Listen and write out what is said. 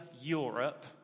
Europe